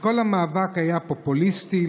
וכל המאבק היה פופוליסטי,